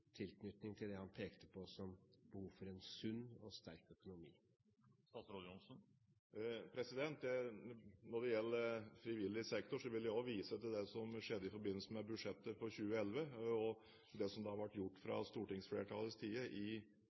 tilknytning til det behovet han pekte på, for en sunn og sterk økonomi? Når det gjelder frivillig sektor, vil jeg også vise til det som skjedde i forbindelse med budsjettet for 2011, og det som da ble gjort fra stortingsflertallets side i